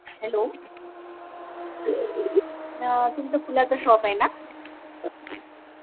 hello तुमचं फुलाच shop आहे ना